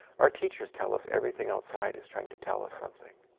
our teachers tell us everything outside is trying to tell us something.